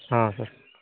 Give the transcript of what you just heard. ହଁ ସାର୍